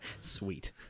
Sweet